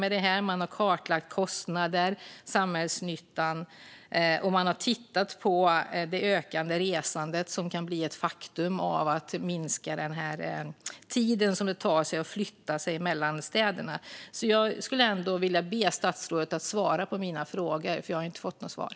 Man har kartlagt kostnader och samhällsnytta, och man har tittat på det ökande resande som kan bli resultatet av minskad restid mellan städerna. Jag ber statsrådet att svara på mina frågor, för jag har inte fått svar.